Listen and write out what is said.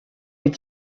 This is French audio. est